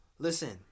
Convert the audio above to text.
Listen